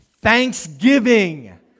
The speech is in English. Thanksgiving